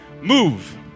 move